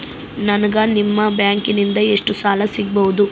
ನನಗ ನಿಮ್ಮ ಬ್ಯಾಂಕಿನಿಂದ ಎಷ್ಟು ಸಾಲ ಸಿಗಬಹುದು?